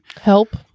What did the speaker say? Help